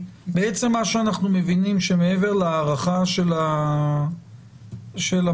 אנחנו מבינים שמעבר להארכה של המועד,